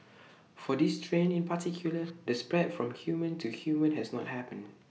for this strain in particular the spread from human to human has not happened